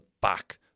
back